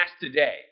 today